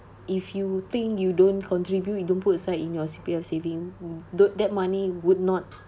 if you think you don't contribute you don't put aside in your C_P_F saving don~ that money would not